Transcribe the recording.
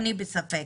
אני בספק.